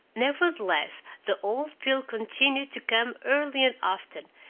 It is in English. nevertheless, the old pill continued to come early and often,